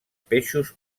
peixos